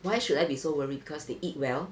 why should I be so worried because they eat well